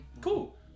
Cool